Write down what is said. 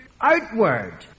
outward